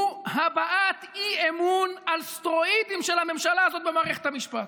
הוא הבעת אי-אמון על סטרואידים של הממשלה הזאת במערכת המשפט.